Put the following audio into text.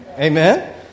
Amen